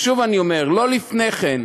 ושוב אני אומר: לא לפני כן,